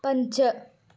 पञ्च